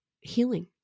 healing